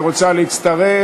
היא רוצה להצטרף,